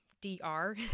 D-R